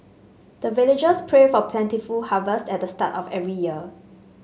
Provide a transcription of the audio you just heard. the villagers pray for plentiful harvest at the start of every year